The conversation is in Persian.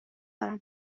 دارم